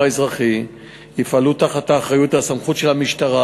האזרחי ויפעלו תחת האחריות והסמכות של המשטרה,